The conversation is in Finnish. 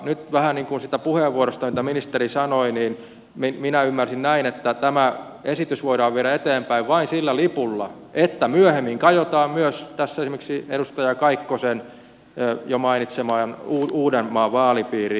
nyt ministerin puheenvuorosta siitä mitä ministeri sanoi minä ymmärsin näin että tämä esitys voidaan viedä eteenpäin vain sillä lipulla että myöhemmin kajotaan myös tässä esimerkiksi edustaja kaikkosen jo mainitsemaan uudenmaan vaalipiiriin